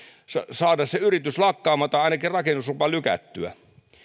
saada se yritys lakkaamaan tai ainakin rakennuslupaa lykättyä